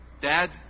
Dad